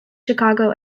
chicago